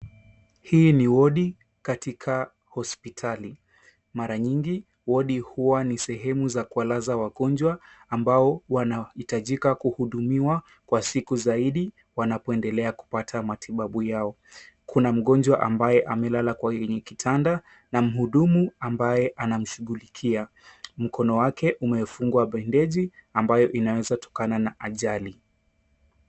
Hii ni wodi katika hospitali. Mara nyingi, wodi huwa ni sehemu za kuwalaza wagonjwa ambao wanahitajika kuhudumiwa kwa siku zaidi, wanapoendelea kupata matibabu yao. Kuna mgonjwa ambaye amelala kwa hili kitanda na muhudumu ambaye anamshughulia. Mkono wake umefungwa bandeji ambayo inaweza tokana na ajali.